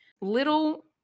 little